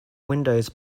windows